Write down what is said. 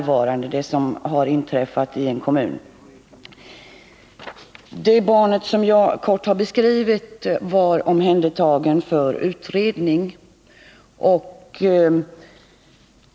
Barnet i det fall jag kortfattat har beskrivit i interpellationen var omhändertaget för utredning.